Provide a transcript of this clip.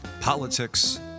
politics